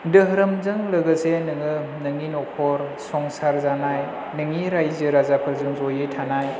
धोरोमजों लोगोसे नोङो नोंनि न'खर संसार जानाय नोंनि राइजो राजाफोरजों जयै थानाय